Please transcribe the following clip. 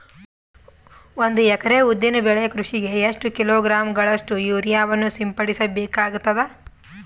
ಒಂದು ಎಕರೆ ಉದ್ದಿನ ಬೆಳೆ ಕೃಷಿಗೆ ಎಷ್ಟು ಕಿಲೋಗ್ರಾಂ ಗಳಷ್ಟು ಯೂರಿಯಾವನ್ನು ಸಿಂಪಡಸ ಬೇಕಾಗತದಾ?